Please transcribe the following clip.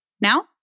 Now